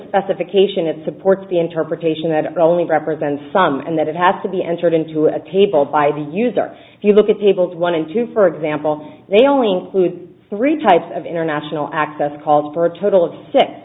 specification it supports the interpretation that only represents some and that it has to be entered into a table by the user if you look at tables one and two for example they only include three types of international access called for a total of six